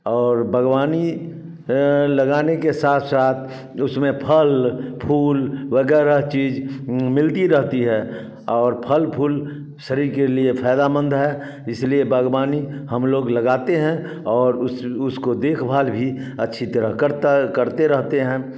और बागवानी लगाने के साथ साथ उसमें फल फुल वगेरह चीज़ मिलती रहती है और फल फूल शरीर के लिए फ़ायदेमंद है इसलिए बागवानी हम लोग लगाते है और उस उसको देखभाल भी अच्छी तरह करता करते रहते है